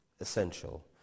essential